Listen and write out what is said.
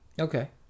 okay